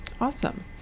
Awesome